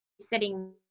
sitting